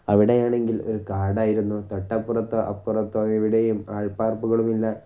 അവിടെയാണെങ്കിൽ ഒരു കാടായിരുന്നു തൊട്ടപ്പുറത്തോ അപ്പുറത്തോ എവിടെയും ആൾപ്പാർപ്പുകളുമില്ല